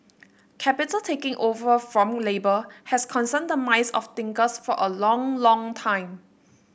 capital taking over from labour has concerned the minds of thinkers for a long long time